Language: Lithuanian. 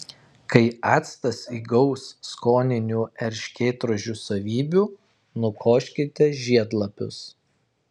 kai actas įgaus skoninių erškėtrožių savybių nukoškite žiedlapius